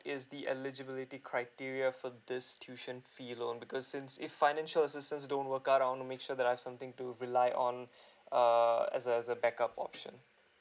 is the eligibility criteria for this tuition fee loan because since if financial assistance don't work out I want to make sure that I have something to rely on err as a as a backup option